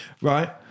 right